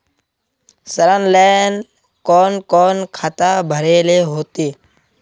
ऋण लेल कोन कोन खाता भरेले होते?